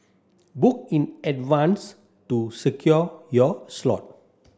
book in advance to secure your slot